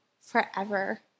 forever